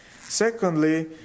Secondly